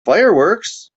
fireworks